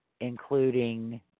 including